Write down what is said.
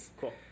cool